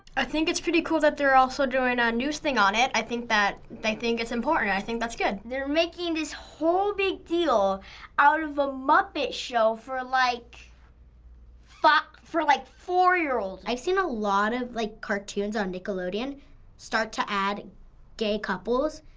i think it's pretty cool that they're also doing a news thing on it. i think that they think it's important. i think that's good. they're making this whole big deal out of a muppet show for like for like four-year-olds. i've seen a lot of like cartoons on nickelodeon start to add gay couples,